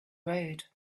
road